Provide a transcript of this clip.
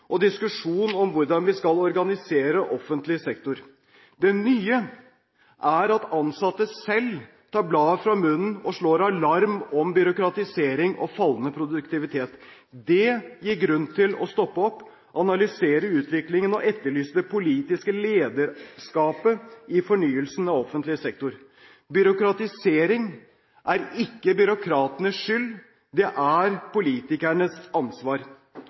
og diskusjon om hvordan vi skal organisere offentlig sektor. Det nye er at ansatte selv tar bladet fra munnen og slår alarm om byråkratisering og fallende produktivitet. Det gir grunn til å stoppe opp, analysere utviklingen og etterlyse det politiske lederskapet i fornyelsen av offentlig sektor. Byråkratisering er ikke byråkratenes skyld, det er politikernes ansvar.